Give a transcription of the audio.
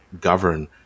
govern